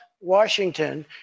Washington